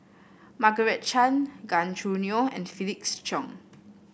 Margaret Chan Gan Choo Neo and Felix Cheong